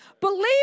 Believe